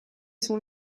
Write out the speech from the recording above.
son